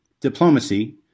Diplomacy